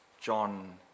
John